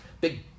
big